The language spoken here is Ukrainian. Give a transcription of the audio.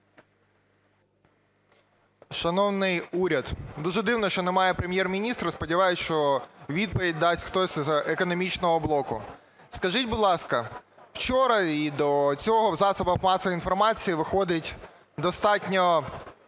Шановний уряд, дуже дивно, що немає Прем'єр-міністра. Сподіваюсь, що відповідь дасть хтось з економічного блоку. Скажіть, будь ласка, вчора і до цього в засобах масової інформації виходять достатньо